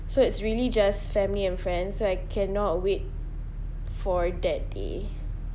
so it's really just family and friends so I cannot wait for that day